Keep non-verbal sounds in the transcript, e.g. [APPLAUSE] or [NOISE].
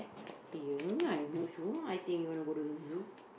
[NOISE] I not sure I think you wanna go to the zoo